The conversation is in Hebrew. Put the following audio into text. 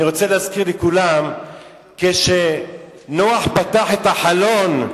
אני רוצה להזכיר לכולם שכשנוח פתח את החלון,